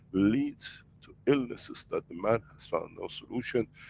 leads to illnesses that the man, has found no solution,